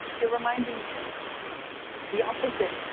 you're reminding me of the opposite,